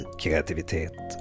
kreativitet